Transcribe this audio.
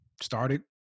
started